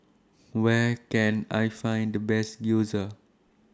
Where Can I Find The Best Gyoza